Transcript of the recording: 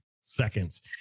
seconds